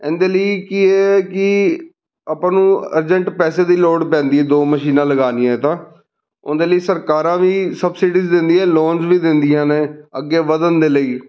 ਇਹਦੇ ਲਈ ਕੀ ਹੈ ਕਿ ਆਪਾਂ ਨੂੰ ਅਰਜੈਂਟ ਪੈਸੇ ਦੀ ਲੋੜ ਪੈਂਦੀ ਦੋ ਮਸ਼ੀਨਾਂ ਲਗਾਉਣੀਆਂ ਤਾਂ ਉਹਦੇ ਲਈ ਸਰਕਾਰਾਂ ਵੀ ਸਬਸਿਡੀਸ ਦਿੰਦੀਆਂ ਲੋਨਸ ਵੀ ਦਿੰਦੀਆਂ ਨੇ ਅੱਗੇ ਵਧਣ ਦੇ ਲਈ